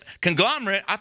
conglomerate